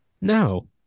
No